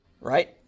Right